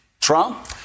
Trump